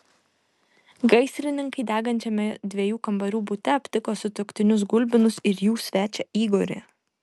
gaisrininkai degančiame dviejų kambarių bute aptiko sutuoktinius gulbinus ir jų svečią igorį